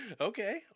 Okay